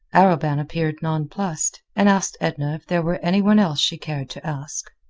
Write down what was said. arobin appeared nonplused, and asked edna if there were any one else she cared to ask.